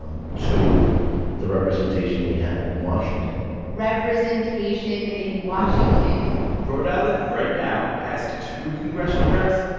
um to the representation we have in washington representation in washington rhode island, right now, has two congressional reps,